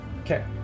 Okay